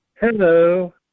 Hello